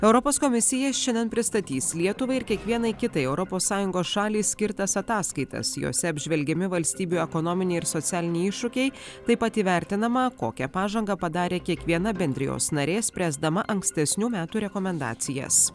europos komisija šiandien pristatys lietuvai ir kiekvienai kitai europos sąjungos šaliai skirtas ataskaitas jose apžvelgiami valstybių ekonominiai ir socialiniai iššūkiai taip pat įvertinama kokią pažangą padarė kiekviena bendrijos narė spręsdama ankstesnių metų rekomendacijas